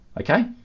okay